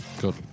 Good